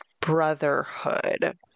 Brotherhood